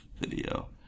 video